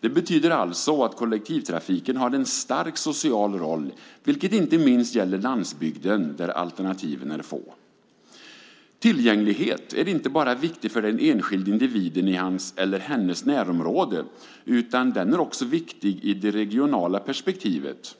Det betyder alltså att kollektivtrafiken har en stark social roll, vilket inte minst gäller landsbygden, där alternativen är få. Tillgängligheten är inte bara viktig för den enskilde individen i hans eller hennes närområde, utan den är också viktig i det regionala perspektivet.